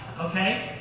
okay